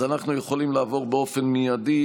אז אנחנו יכולים לעבור באופן מיידי